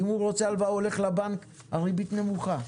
אם הוא רוצה הלוואה הוא הולך לבנק כי הריבית נמוכה.